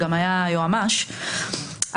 שהיה גם היועץ המשפטי לממשלה,